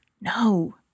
No